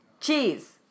cheese